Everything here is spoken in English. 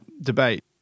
debate